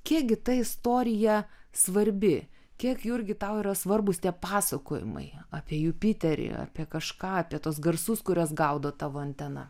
kiek gi ta istorija svarbi kiek jurgi tau yra svarbūs tie pasakojimai apie jupiterį apie kažką apie tuos garsus kuriuos gaudo tavo antena